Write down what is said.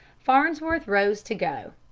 farnsworth rose to go.